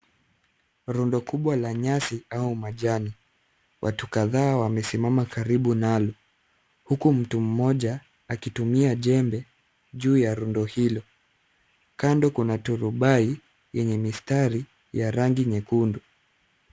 Rundo kubwa la nyasi au majani. Watu kadhaa wamesimama karibu nalo, huku mtu mmoja akitumia jembe juu ya rundo hilo. Kando kuna turubai yenye mistari ya rangi nyekundu.